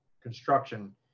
construction